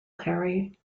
harry